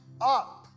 up